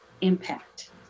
impact